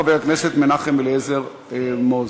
חבר הכנסת מנחם אליעזר מוזס.